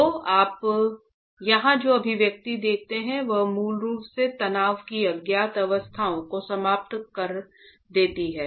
तो आप यहां जो अभिव्यक्ति देखते हैं वह मूल रूप से तनाव की अज्ञात अवस्थाओं को समाप्त कर देती है